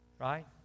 right